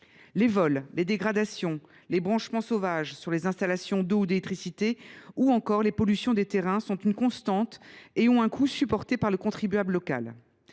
Les vols, les dégradations, les branchements sauvages sur les installations d’eau ou d’électricité, ou encore les pollutions des terrains se produisent de manière constante, et leur coût est supporté par le contribuable local.